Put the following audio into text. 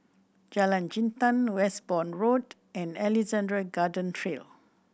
Jalan Jintan Westbourne Road and Alexandra Garden Trail